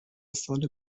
سال